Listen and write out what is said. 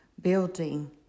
building